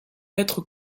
être